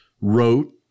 wrote